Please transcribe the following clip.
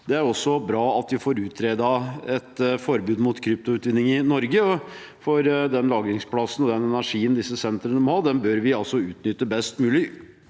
Det er også bra at vi får utredet et forbud mot kryptoutvinning i Norge, for den lagringsplassen og den energien disse sentrene må ha, bør vi i første rekke utnytte best mulig